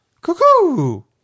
cuckoo